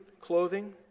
clothing